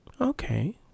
okay